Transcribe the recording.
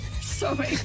sorry